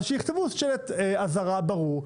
אז שיכתבו שלט אזהרה ברור,